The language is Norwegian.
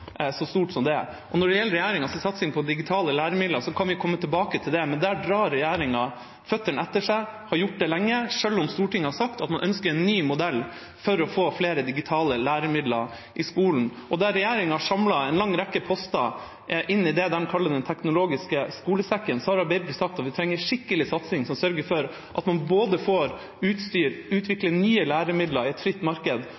Når det gjelder regjeringas satsing på digitale læremidler, kan vi komme tilbake til det, men der drar regjeringa føttene etter seg og har gjort det lenge, selv om Stortinget har sagt at man ønsker en ny modell for å få flere digitale læremidler i skolen. Der regjeringa har samlet en lang rekke poster i det de kaller Den teknologiske skolesekken, har Arbeiderpartiet sagt at vi trenger en skikkelig satsing som sørger for at man både får utstyr, utvikler nye læremidler i et fritt marked